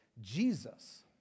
Jesus